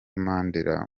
mandela